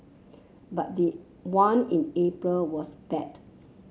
but the one in April was bad